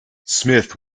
smith